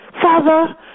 Father